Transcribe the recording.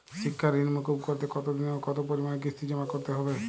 শিক্ষার ঋণ মুকুব করতে কতোদিনে ও কতো পরিমাণে কিস্তি জমা করতে হবে?